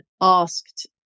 asked